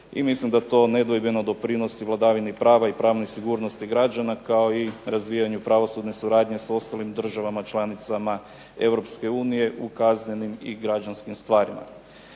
i mislim da to nedvojbeno doprinosi vladavini prava i pravnoj sigurnosti građana, kao i razvijanju pravosudne suradnje s ostalim državama članicama Europske unije u kaznenim i građanskim stvarima.